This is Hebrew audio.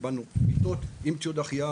קיבלנו מיטות עם ציוד החייאה,